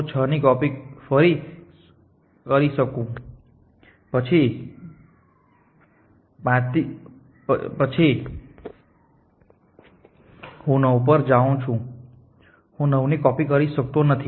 હું 9 પર જાઉં છું હું 9 ની કોપી કરી શકતો નથી